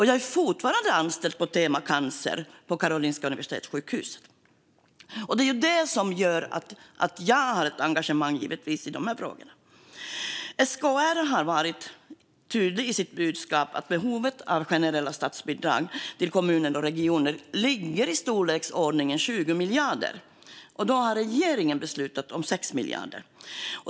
Jag är fortfarande anställd på Tema Cancer på Karolinska Universitetssjukhuset. Det gör att jag har ett engagemang i de här frågorna. SKR har varit tydlig i sitt budskap om att behovet av generella statsbidrag till kommuner och regioner ligger på i storleksordningen 20 miljarder. Regeringen har beslutat om 6 miljarder.